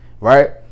right